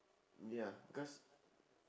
ya because